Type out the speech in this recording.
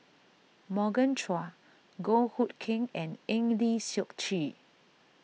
Morgan Chua Goh Hood Keng and Eng Lee Seok Chee